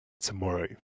tomorrow